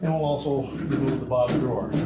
and we'll also remove the bottom drawer.